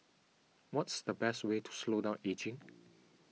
what's the best way to slow down ageing